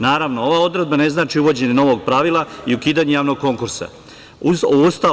Naravno, ova odredba ne znači uvođenje novog pravila i ukidanje javnog konkursa.